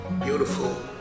beautiful